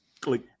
Click